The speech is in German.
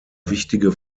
wichtige